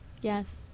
Yes